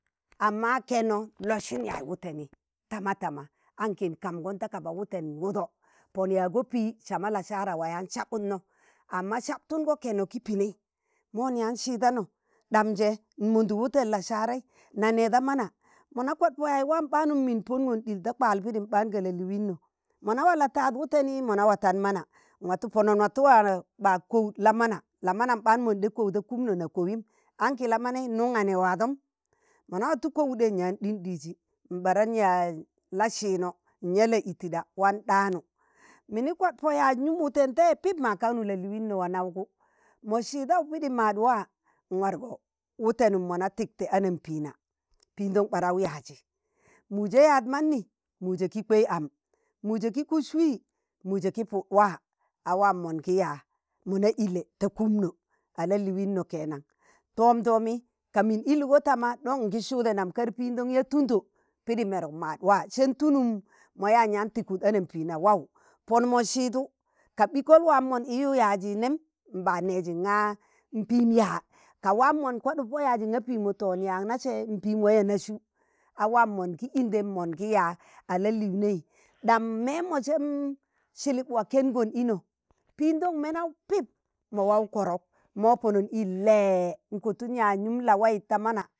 amma kẹnọ lọsịn yaaj wụtẹni tamatama, ankị n kamgụm ta kaba wụtẹn wụdọ pọn yaagọ pị sama lasara wa yaan sabụd nọ, amma sabtungọ kẹno kị pịnẹị mọn nyaan sịdanọ, ɗamjẹ n mọdụk wụtẹm lasaraị na nẹẹ da mana mona kwad po ya wam ɓaanu mịn pọn gon ɗịl ta kwal pịdịm ɓaan ga lalịịnọ mọ na wa la tad wụtẹnị mọna waton mana nwatu pọnun watụ wa ɓa kọwụd lamana, lamanam ɓaan moṇdọ kowụ da kụmnọ na kọwyịmn ankị lamanaị ga nụnwa ne wadọm mọna watụ kọwaụɗẹ nyaan ɗịnɗịjị n ɓaran yaaj la sịịnọ, n yaa la ịtịɗa wan ɗaanu, mịnị kwad po yaaj nụm wụtẹn taị pip ma kaknu lalịiụnnọ wanawgụ mọ sịịdau pịdị maad wa, n wargo wụtẹnun mọna tịkte anambẹẹna, pịndọwụ ɓarau yaajị mụjẹ yaaj mannị, mụjẹ kị kwẹ am mụjẹ kị kụs wị, mụjẹ kị pụ wa a wam mọngị ya, mọna ịlẹ ta kụmnụ a laliiụnọ kenan tọm ɗọmi ka min ịlgọ tama don ingi sụdẹi ̣nam kar pindon ya tụndo, pidi meruk maad wa sẹn tụlụm mọya nyaan tụịkụd anambẹẹna wawu pon mọ sịịdu,̣ ka ɓịkol wam mon iwu yaajị nẹm ngaa pịm yaa, ka wam mọn kwadụk po yaajị nga pimo to nyaag nẹse npịm waya na sụ, a wam mọngị indem mọngị yaa a lalịịnẹị ɗam mẹmọ jẹm sịlịp wa kẹngon ịnọ pịndọn menau pịp mo wau kọrọk mọ ponụm n in lẹ n kọtụm yaaj nụm lawayị ta mana.